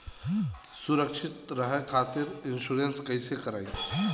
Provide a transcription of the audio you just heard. सुरक्षित रहे खातीर इन्शुरन्स कईसे करायी?